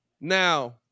Now